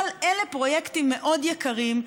אבל אלה פרויקטים מאוד יקרים,